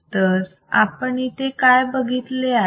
तर आपण येथे काय बघितले आहे